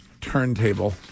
turntable